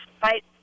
fight